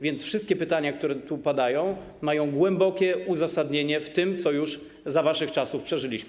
Więc wszystkie pytania, które tu padają, mają głębokie uzasadnienie w tym, co już za waszych czasów przeżyliśmy.